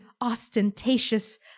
ostentatious